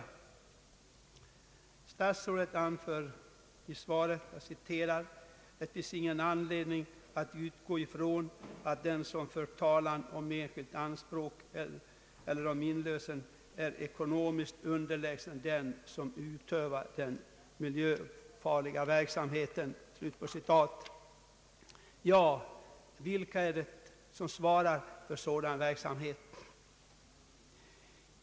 Statsrådet anför i svaret: »Det finns ingen anledning att utgå från att den som för talan om enskilt anspråk eller om inlösen är ekonomiskt underlägsen den som utövar den miljöfarliga verksamheten.» Ja, vilka är det som svarar för sådan verksamhet?